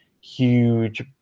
huge